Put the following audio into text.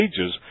ages